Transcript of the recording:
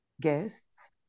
guests